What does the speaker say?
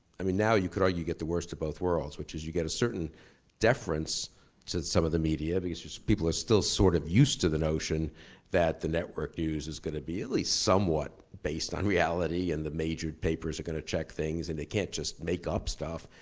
i mean now you could argue you get the worst of both worlds, which is you get a certain deference to some of the media because people are still sort of used to the notion that the network news is gonna be at least somewhat based on reality and the major papers are gonna check things and they can't just make up stuff.